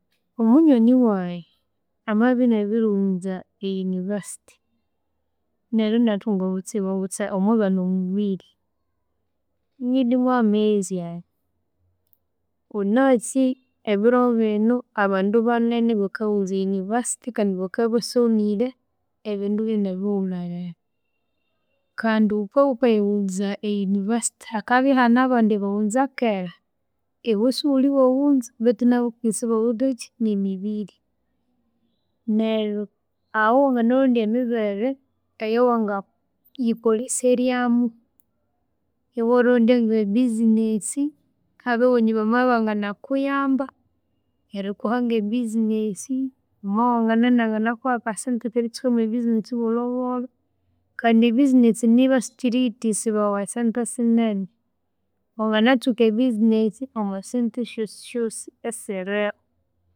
Omunwani wayi amabya enabiriwunza a University, neryo inathunga obutsibu butsa omwibana omubiri ingindimuha ameyezi aya, wunasi ebiro bino abandu banene bakawunza University kandi bakabya ebasomire ebindu byanabiwumerere, kandi wukabya wukayawunza University, akabya hane abandi abawunza kera, iwe siwulhiwawunza, bethu nabo kundi sibawithekyi nemibiri neryo aho wanganarodya emibere eyawanga yikolheseramu, iwarondya nge business, abawunyu bamabya ibanganakuyamba, erikuha nge business, mama wawu amabya inanganakuha akasente akeritsuka mwe business, bolhobolho, kandi ebusiness nibya sikyiriyithesibawa esente sinene, wanganatsuka ebusiness omwa sente syosi syosi esiriho.